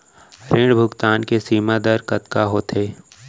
ऋण भुगतान के सीमा दर कतका होथे?